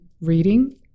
reading